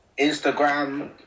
instagram